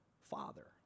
Father